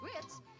grits